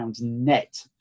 net